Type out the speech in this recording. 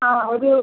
ആ ഒരു